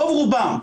רוב רובן.